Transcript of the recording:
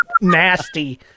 nasty